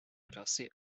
classé